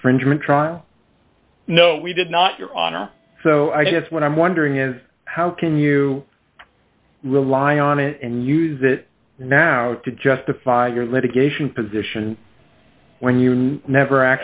infringement trial no we did not your honor so i guess what i'm wondering is how can you rely on it and use it now to justify your litigation position when you never